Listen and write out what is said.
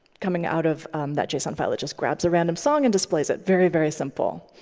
coming out of that json file. it just grabs a random song and displays it, very, very simple.